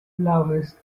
lovelace